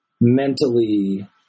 mentally